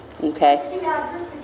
okay